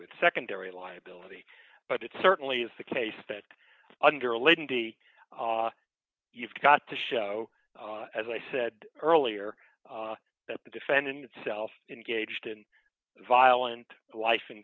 with secondary liability but it certainly is the case that under latency you've got to show as i said earlier that the defendant itself engaged in violent life in